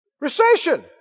Recession